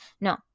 no